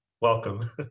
Welcome